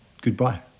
goodbye